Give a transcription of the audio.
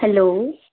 hello